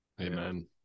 Amen